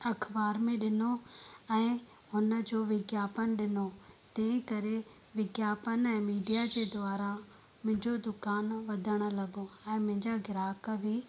अख़बार में ॾिनो ऐं हुन जो विज्ञापन ॾिनो तंहिं करे विज्ञापन मीडिया जे द्वारा मुंहिंजो दुकानु वधणु लॻो ऐं मुंहिंजा ग्राहक बि